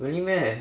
really meh